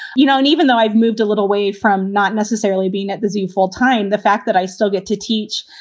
you know. and even though i've moved a little way from not necessarily being at the zoo full time, the fact that i still get to teach.